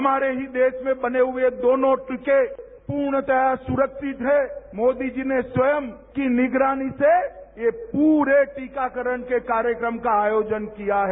हमारे ही देश में बने हुए दोनों टीके पूर्णतरू सुरक्षित हैं मोदी जी ने स्वयं की निगरानी से ये पूरे टीकाकरण के कार्यक्रम का आयोजन किया है